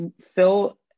Phil